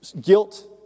guilt